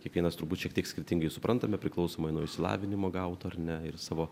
kiekvienas turbūt šiek tiek skirtingai suprantame priklausomai nuo išsilavinimo gauto ar ne ir savo